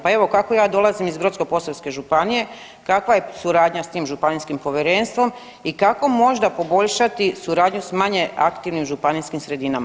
Pa evo kako ja dolazim iz Brodsko-posavske županije kakva je suradnja s tim županijskim povjerenstvom i kako možda poboljšati suradnju s manje aktivnim županijskim sredinama.